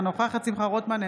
אינה נוכחת שמחה רוטמן,